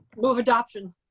move adoption.